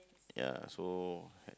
ya so h~